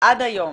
עד היום,